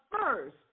first